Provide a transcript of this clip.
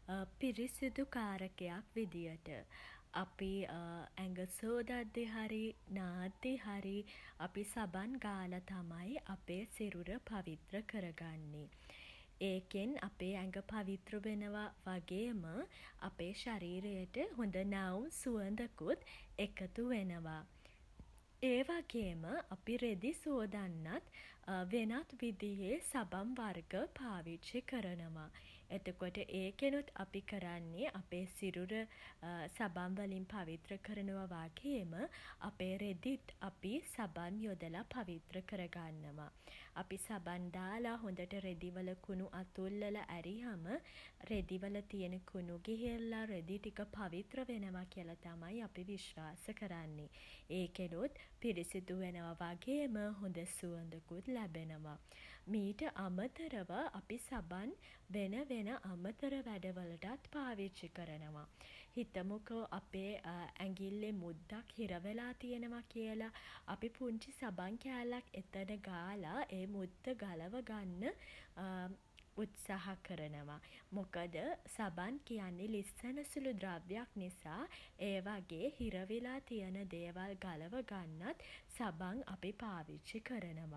පිරිසිදු කාරකයක් විදියට. අපි ඇඟ සෝදද්දී හරි නාද්දී හරි අපි සබන් ගාලා තමයි අපේ සිරුර පවිත්‍ර කරගන්නෙ. ඒකෙන් අපේ ඇඟ පවිත්‍ර වෙනව වගේම අපේ ශරීරයට හොඳ නැවුම් සුවඳකුත් එකතු වෙනවා. ඒ වගේම අපි රෙදි සෝදන්නත් වෙනත් විදියේ සබන් වර්ග පාවිච්චි කරනවා. එතකොට ඒකෙනුත් අපි කරන්නේ අපේ සිරුර සබන්ව ලින් පවිත්‍ර කරනවා වගේම අපේ රෙදිත් අපි සබන් යොදලා පවිත්‍ර කර ගන්නවා. අපි සබන් දාලා හොඳට රෙදිවල කුණු අතුල්ලලා ඇරිහම රෙදි වල තියෙන කුණු ගිහිල්ලා රෙදි ටික පවිත්‍ර වෙනවා කියලා තමයි අපි විශ්වාස කරන්නේ. ඒකෙනුත් පිරිසිදු වෙනවා වගේම හොඳ සුවඳකුත් ලැබෙනවා. මීට අමතරව අපි සබන් වෙන වෙන අමතර වැඩවලටත් පාවිච්චි කරනවා. හිතමුකෝ අපේ ඇඟිල්ලේ මුද්දක් හිරවෙලා තියෙනවා කියල. අපි පුංචි සබන් කෑල්ලක් එතන ගාලා ඒ මුද්ද ගලවා ගන්න උත්සාහ කරනවා. මොකද සබන් කියන්නේ ලිස්සන සුළු ද්‍රව්‍යයක් නිසා ඒ වගේ හිරවෙලා තියෙන දේවල් ගලව ගන්නත් සබන් අපි පාවිච්චි කරනවා.